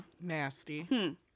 nasty